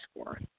score